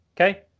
Okay